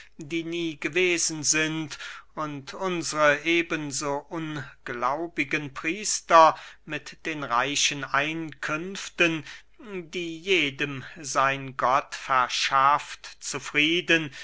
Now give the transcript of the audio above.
die nie gewesen sind und unsre eben so ungläubigen priester mit den reichen einkünften die jedem sein gott verschafft zufrieden